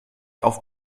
auf